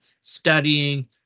studying